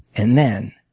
and then,